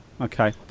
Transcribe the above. okay